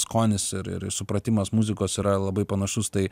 skonis ir ir ir supratimas muzikos yra labai panašus tai